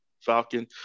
falcon